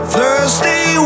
Thursday